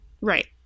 Right